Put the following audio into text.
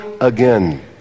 again